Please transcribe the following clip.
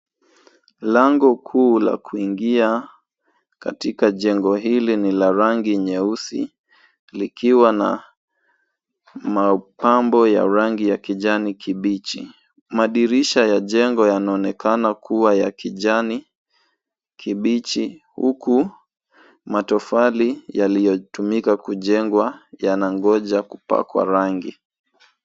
Lango kuu la kuingia katika jengo hili ni la rangi nyeusi likiwa na mapambo ya rangi ya kijani kibichi. Madirisha ya jengo yanaonekana kuwa ya kijani kibichi, huku matofali yaliyotumika kujengwa yanangoja kupakwa rangi.